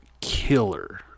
killer